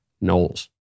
Knowles